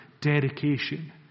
dedication